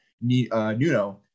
Nuno